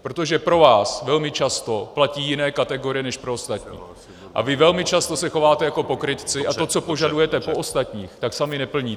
Protože pro vás velmi často platí jiné kategorie než pro ostatní a vy velmi často se chováte jako pokrytci a to, co požadujete po ostatních, sami neplníte.